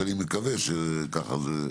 שאני מקווה שככה זה.